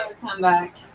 comeback